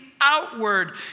outward